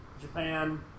Japan